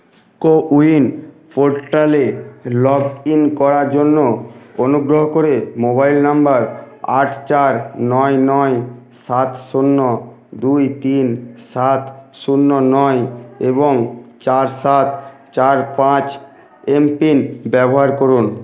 কো win পোর্টালে log in করার জন্য অনুগ্রহ করে মোবাইল নম্বর আট চার নয় নয় সাত শূন্য দুই তিন সাত শূন্য নয় এবং চার সাত চার পাঁচ এম পিন ব্যবহার করুন